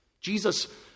Jesus